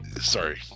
sorry